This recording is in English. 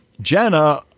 jenna